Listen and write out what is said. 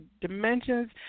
dimensions